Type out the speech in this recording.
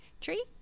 tree